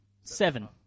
Seven